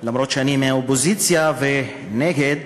אף שאני מהאופוזיציה ונגד,